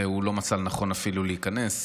והוא לא מצא לנכון אפילו להיכנס,